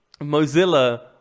Mozilla